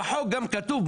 בחוק גם כתוב,